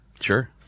Sure